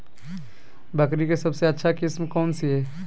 बकरी के सबसे अच्छा किस्म कौन सी है?